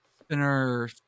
spinner